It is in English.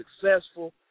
successful